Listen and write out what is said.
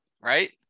right